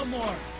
more